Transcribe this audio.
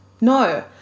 No